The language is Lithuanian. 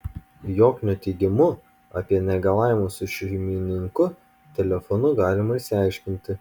joknio teigimu apie negalavimus su šeimininku telefonu galima išsiaiškinti